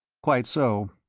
quite so.